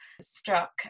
struck